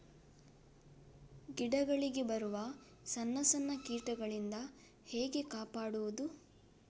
ಗಿಡಗಳಿಗೆ ಬರುವ ಸಣ್ಣ ಸಣ್ಣ ಕೀಟಗಳಿಂದ ಹೇಗೆ ಕಾಪಾಡುವುದು?